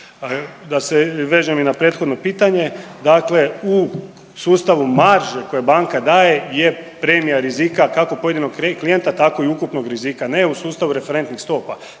Da se vežem i na prethodno pitanje, dakle u sustavu marže koja banka daje je premija rizika, kako pojedinog klijenta, tako i ukupnog rizika, ne u sustavu referentnih stopa.